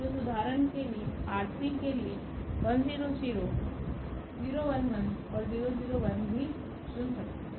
तो हम उदाहरण के लिएR3 के लिए और और भी चुन सकते हैं